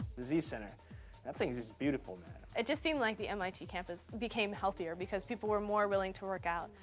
the z center that thing is just beautiful. it just seemed like the mit campus became healthier, because people were more willing to work out,